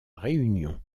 réunion